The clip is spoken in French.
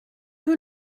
que